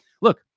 look